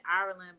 Ireland